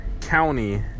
county